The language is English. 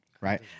right